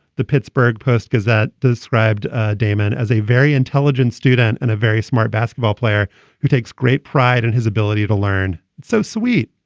the pittsburgh post-gazette described ah damon as a very intelligent student and a very smart basketball player who takes great pride in his ability to learn. so sweet.